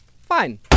fine